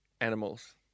animals